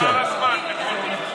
רק השמאל מבין באקלים.